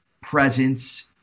presence